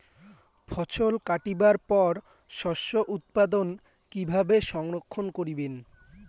ফছল কাটিবার পর শস্য উৎপাদন কিভাবে সংরক্ষণ করিবেন?